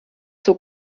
zog